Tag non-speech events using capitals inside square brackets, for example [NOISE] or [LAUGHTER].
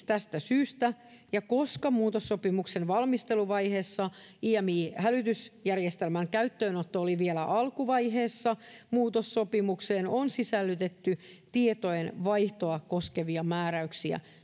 [UNINTELLIGIBLE] tästä syystä ja koska muutossopimuksen valmisteluvaiheessa imi hälytysjärjestelmän käyttöönotto oli vielä alkuvaiheessa muutossopimukseen on sisällytetty tietojenvaihtoa koskevia määräyksiä